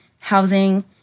housing